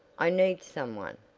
i need someone!